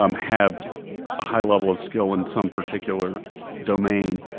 um have a high level of skill in some particular domain,